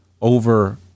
over